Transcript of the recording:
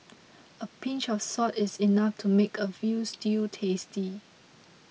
a pinch of salt is enough to make a Veal Stew tasty